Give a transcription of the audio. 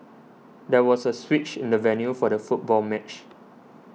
there was a switch in the venue for the football match